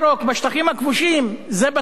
זה בטוח בא על חשבון דברים אחרים.